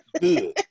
Good